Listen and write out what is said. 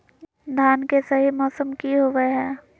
धान के सही मौसम की होवय हैय?